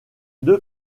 deux